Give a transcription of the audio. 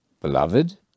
beloved